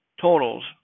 totals